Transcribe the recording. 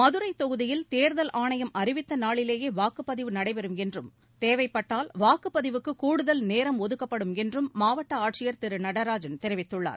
மதுரை தொகுதியில் தேர்தல் ஆணையம் அறிவித்த நாளிலேயே வாக்குப்பதிவு நடைபெறும் என்றும் தேவைப்பட்டால் வாக்குப்பதிவுக்கு கூடுதல் நேரம் ஒதுக்கப்படும் என்றும் மாவட்ட ஆட்சியர் திரு நடராஜன் தெரிவித்துள்ளார்